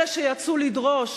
אלה שיצאו לדרוש